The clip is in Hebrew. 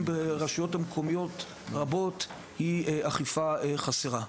ברשויות מקומיות רבות היא אכיפה חסרה.